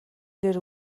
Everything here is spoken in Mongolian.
дээр